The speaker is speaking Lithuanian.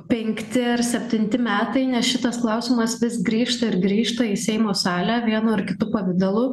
penkti ar septinti metai nes šitas klausimas vis grįžta ir grįžta į seimo salę vienu ar kitu pavidalu